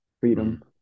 freedom